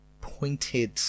pointed